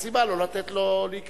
אין סיבה לא לתת לו להיכנס,